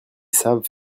savent